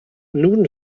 nun